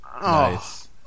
Nice